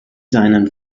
seinen